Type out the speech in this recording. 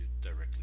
directly